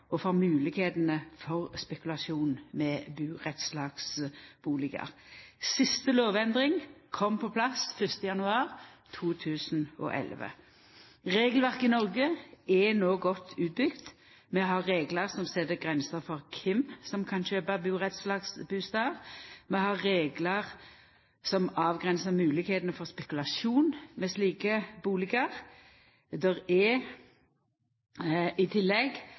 og for moglegheitene for spekulasjon med burettslagsbustader. Siste lovendring kom på plass 1. januar 2011. Regelverket i Noreg er no bygd godt ut. Vi har reglar som set grenser for kven som kan kjøpa burettslagsbustader, og vi har reglar som avgrensar moglegheitene for spekulasjon med slike bustader. Det er i tillegg